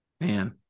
man